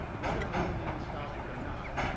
whether overly nostalgic or not,